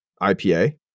IPA